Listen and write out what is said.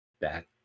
back